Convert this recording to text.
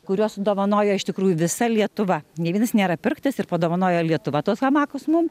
kuriuos dovanoja iš tikrųjų visa lietuva nė vienas nėra pirktas ir padovanojo lietuva tuos hamakus mum